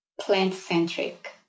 plant-centric